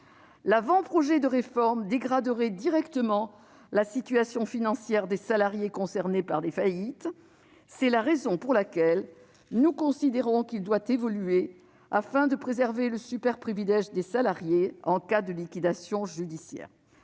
L'avant-projet de réforme dégraderait directement la situation financière des salariés concernés par des faillites. C'est la raison pour laquelle nous considérons qu'il doit évoluer afin de préserver le superprivilège des salariés en cas de liquidation judiciaire.